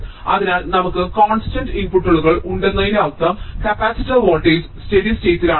അതിനാൽ നമുക്ക് കോൺസ്റ്റന്റ് ഇൻപുട്ടുകൾ ഉണ്ടെന്നതിന്റെ അർത്ഥം കപ്പാസിറ്റർ വോൾട്ടേജ് സ്റ്റെഡി സ്റ്റേറ്റ്ലാണെന്നാണ്